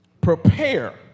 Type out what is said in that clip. Prepare